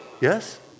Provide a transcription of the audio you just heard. Yes